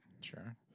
Sure